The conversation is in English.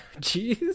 Jeez